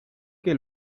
que